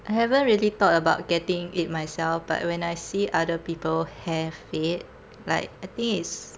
I haven't really thought about getting it myself but when I see other people have it like I think it's